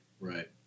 Right